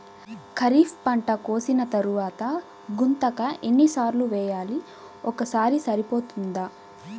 ఖరీఫ్ పంట కోసిన తరువాత గుంతక ఎన్ని సార్లు వేయాలి? ఒక్కసారి సరిపోతుందా?